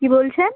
কী বলছেন